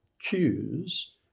cues